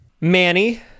Manny